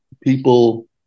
people